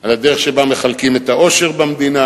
על הדרך שבה מחלקים את העושר במדינה,